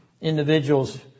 individuals